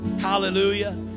Hallelujah